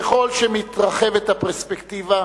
ככל שמתרחבת הפרספקטיבה